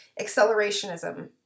accelerationism